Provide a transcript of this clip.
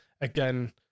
Again